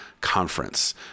Conference